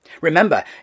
Remember